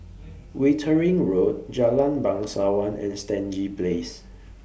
Wittering Road Jalan Bangsawan and Stangee Place